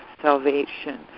salvation